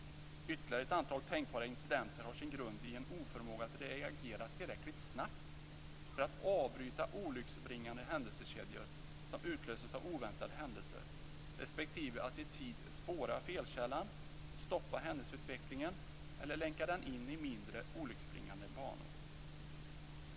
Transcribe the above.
Ytterligare ett antal tänkbara incidenter har sin grund i en oförmåga att reagera tillräckligt snabbt för att avbryta olycksbringande händelsekedjor som utlöses av oväntade händelser, respektive att i tid spåra felkällan och stoppa händelseutvecklingen eller länka den in i mindre olycksbringande banor.